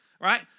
right